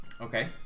Okay